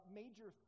major